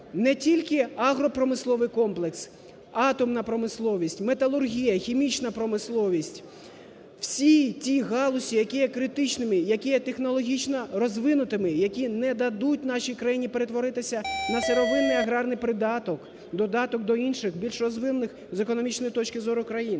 не тільки агропромисловий комплекс, атомна промисловість, металургія, хімічна промисловість, всі ті галузі, які є критичними, які є технологічно розвиненими, які не дадуть нашій країні перетворитися на сировинний аграрний придаток, додаток до інших, більш розвинених з економічної точки зору країн.